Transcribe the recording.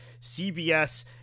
CBS